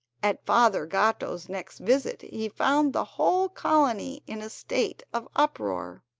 at father gatto's next visit he found the whole colony in a state of uproar.